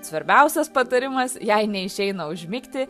svarbiausias patarimas jei neišeina užmigti